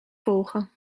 volgen